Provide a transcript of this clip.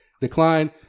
Decline